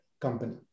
company